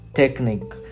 technique